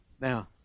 Now